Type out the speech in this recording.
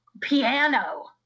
piano